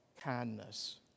kindness